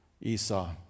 Esau